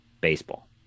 baseball